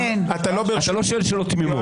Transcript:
אתה לא שואל שאלות תמימות.